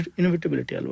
inevitability